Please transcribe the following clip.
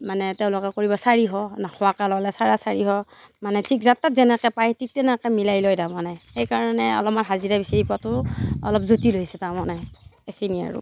মানে তেওঁলোকে কৰিব চাৰিশ নোখোৱাকৈ ল'লে চাৰে চাৰিশ মানে ঠিক যাৰ তাত যেনেকৈ পায় ঠিক তেনেকৈ মিলাই লয় তাৰ মানে সেইকাৰণে অলপমান হাজিৰা বিচাৰি পোৱাটো অলপ জটিল হৈছে তাৰ মানে এইখিনিয়েই আৰু